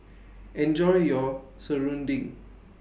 Enjoy your Serunding